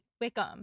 Wickham